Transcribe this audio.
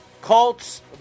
Colts